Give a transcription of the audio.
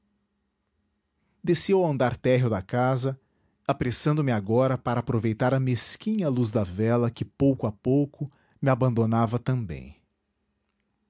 ao andar térreo da casa apressando me agora para aproveitar a mesquinha luz da vela que pouco a pouco me abandonava também